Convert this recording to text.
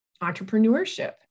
entrepreneurship